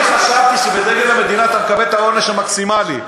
אני חשבתי שבדגל המדינה אתה מקבל את העונש המקסימלי,